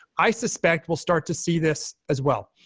i suspect we'll start to see this as well.